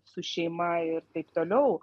su šeima ir taip toliau